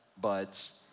buds